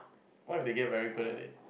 what if they get very good at it